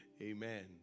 amen